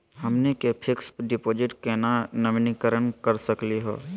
हमनी के fix deposit क केना नवीनीकरण करा सकली हो?